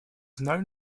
known